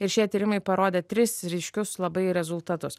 ir šie tyrimai parodė tris ryškius labai rezultatus